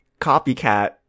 Copycat